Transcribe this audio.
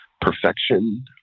perfection